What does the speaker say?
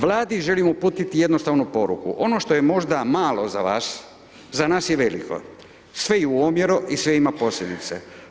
Vladi želim uputiti jednostavnu poruku, ono što je možda malo za vas, za nas je veliko sve i u omjeru i sve ima posljedice.